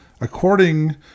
According